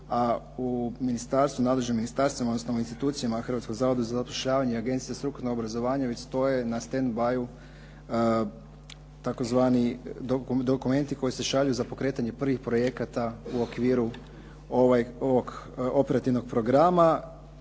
a u nadležnim ministarstvima odnosno institucijama Hrvatskog zavoda za zapošljavanje, Agencije za strukovno obrazovanje, već stoje na stand-by tzv. dokumenti koji se šalju za pokretanje prvih projekata u okviru ovog operativnog programa